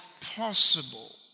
possible